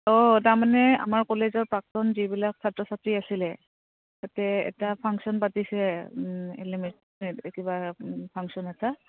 অঁ তাৰমানে আমাৰ কলেজৰ প্ৰাক্তন যিবিলাক ছাত্ৰ ছাত্ৰী আছিলে তাতে এটা ফাংচন পাতিছে এলুমিনি কিবা ফাংচন এটা